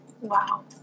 Wow